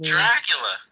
Dracula